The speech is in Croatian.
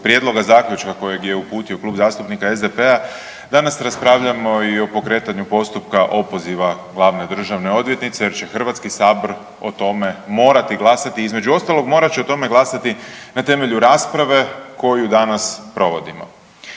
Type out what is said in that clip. Prijedloga zaključka kojeg je uputio Klub zastupnika SDP-a danas raspravljamo i o pokretanju postupka opoziva Glavne državne odvjetnice, jer će Hrvatski sabor o tome morati glasati. Između ostalog morat će o tome glasati na temelju rasprave koju danas provodimo.